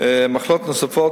מחלות נוספות,